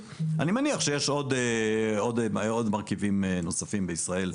אני מניח שיש מרכיבים נוספים בישראל.